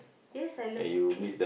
yes I love mooncake